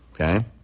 okay